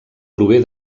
prové